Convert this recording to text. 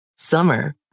summer